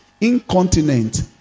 incontinent